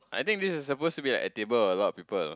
I think this is supposed to be like a table with a lot of people